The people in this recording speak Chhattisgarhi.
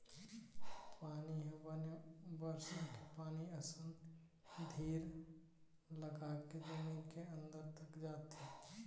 पानी ह बने बरसा के पानी असन धीर लगाके जमीन के अंदर तक जाथे